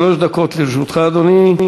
שלוש דקות לרשותך, אדוני.